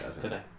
today